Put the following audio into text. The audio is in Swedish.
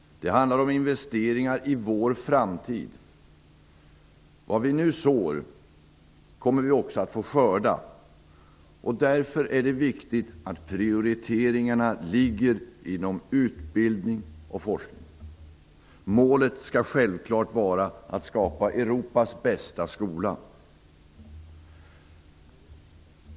Det handlar om investeringar i vår framtid. Vad vi sår nu, kommer vi också att få skörda. Därför är det viktigt att prioriteringarna ligger inom utbildning och forskning. Målet skall självklart vara att skapa Europas bästa skola.